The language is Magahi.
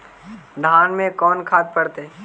धान मे कोन खाद पड़तै?